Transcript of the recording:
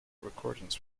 recordings